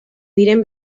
diren